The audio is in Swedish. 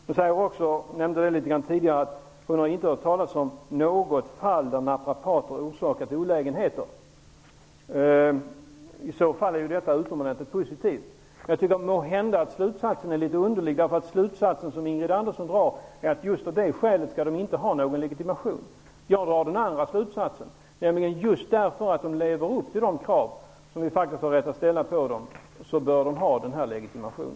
Ingrid Andersson nämnde tidigare också att hon inte hade hört talas om något fall där naprapater hade orsakat olägenheter. Detta är ju utomordentligt positivt, men jag tycker att Ingrid Anderssons slutsats är litet underlig. Hon anser att just av det skälet skall naprapaterna inte ha någon legitimation. Jag drar den motsatta slutsatsen, nämligen just därför att de lever upp till de krav som ställs på dem bör de få legitimation.